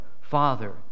Father